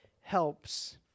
helps